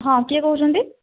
ହଁ କିଏ କହୁଛନ୍ତି